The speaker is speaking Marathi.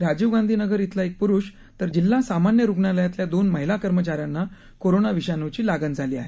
राजीव गांधी नगर इथला एक पुरुष तर जिल्हा सामान्य रुग्णालयातल्या दोन महिला कर्मचाऱ्यांना कोरोना विषाणूची लागण झाली आहे